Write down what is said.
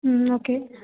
ம் ஓகே